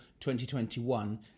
2021